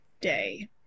Day